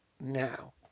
now